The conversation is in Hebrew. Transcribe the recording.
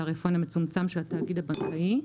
התעריפון המצומצם של התאגיד הבנקאי)'.